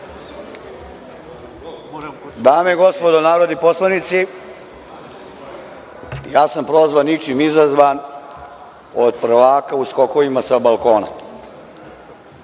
Dame i gospodo narodni poslanici, ja sam prozvan ničim izazvan od prvaka u skokovima sa balkona.